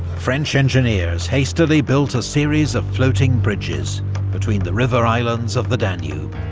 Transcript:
french engineers hastily built a series of floating bridges between the river islands of the danube,